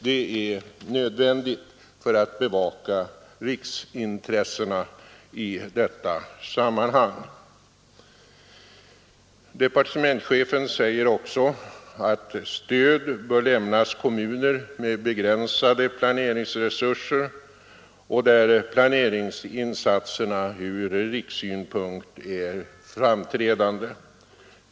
Det är nödvändigt för att tillgodose riksintressena i detta sammanhang. Departementschefen säger också att stöd bör lämnas kommuner med begränsade planeringsresurser och där planeringsinsatserna ur rikssynpunkt är framträdande.